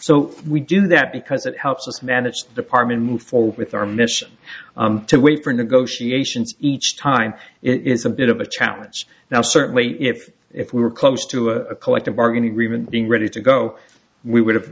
so we do that because it helps us manage department move forward with our mission to wait for negotiations each time it is a bit of a challenge now certainly if if we were close to a collective bargaining agreement being ready to go we would